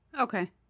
Okay